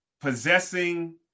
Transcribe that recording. possessing